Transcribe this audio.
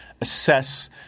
assess